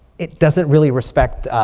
it doesn't really respect